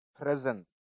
present